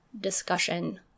discussion